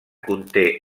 conté